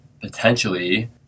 potentially